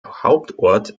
hauptort